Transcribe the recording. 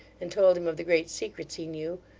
and told him of the great secrets he knew,